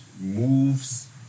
moves